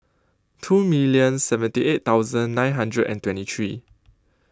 two minute seventy eight thousand nine hundred and twenty three